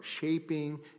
shaping